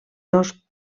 dos